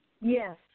Yes